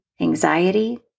anxiety